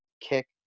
kick